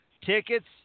tickets